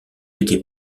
été